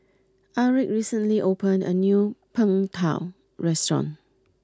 Aric recently opened a new Png tao restaurant